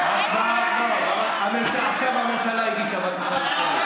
עכשיו הממשלה הגישה בקשה לשמית.